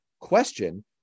question